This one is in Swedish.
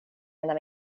medan